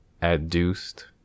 adduced